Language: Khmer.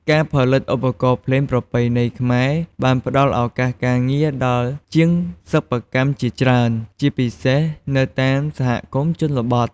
ការផលិតឧបករណ៍ភ្លេងប្រពៃណីខ្មែរ បានផ្តល់ឱកាសការងារដល់ជាងសិប្បកម្មជាច្រើន ជាពិសេសនៅតាមសហគមន៍ជនបទ។